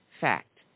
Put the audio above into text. fact